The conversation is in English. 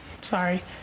Sorry